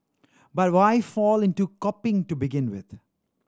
but why fall into copying to begin with